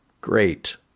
Great